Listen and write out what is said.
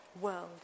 world